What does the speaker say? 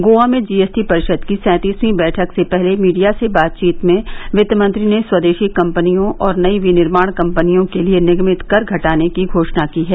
गोवा में जीएसटी परिषद की सैंतिसवीं वैठक से पहले मीडिया से बातचीत में वित्तमंत्री ने स्वदेशी कम्पनियों और नई विनिर्माण कम्पनियों के लिए निगमित कर घटाने की घोषणा की है